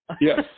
Yes